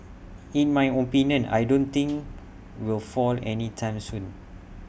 in my opinion I don't think will fall any time soon